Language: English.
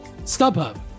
StubHub